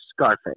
Scarface